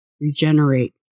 regenerate